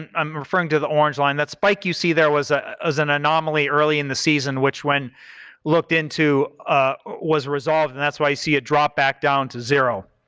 and i'm referring to the orange line, that spike you see there was ah was an anomaly early in the season which when looked into ah was resolved and that's why you see it drop back down to zero.